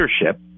leadership